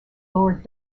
lord